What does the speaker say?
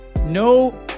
No